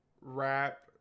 rap